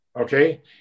Okay